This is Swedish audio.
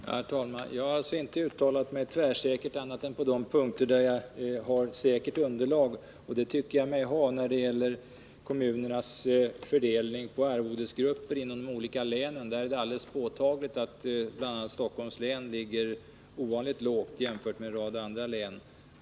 Herr talman! Jag har inte uttalat mig tvärsäkert annat än på de punkter där jag har ett säkert underlag. Det tycker jag mig ha när de gäller kommunernas fördelning på arvodesgrupper inom de olika länen. Där är det alldeles påtagligt att bl.a. Stockholms län ligger ovanligt lågt jämfört med en rad andra län.